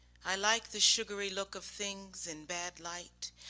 i like the sugary look of things in bad light,